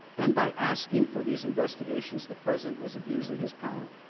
and by asking for these investigations the president was abusing his power.